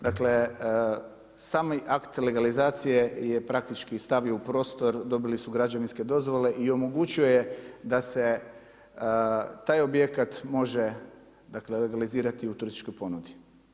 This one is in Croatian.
Dakle, sami akt legalizacije je praktički stavi u prostor dobili su građevinske dozvole i omogućuje da se taj objekat može legalizirati u turističkoj ponudi.